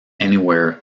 anywhere